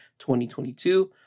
2022